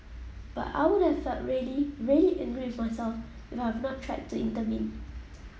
but I would have felt really really angry with myself if I had not tried to intervene